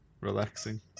Relaxing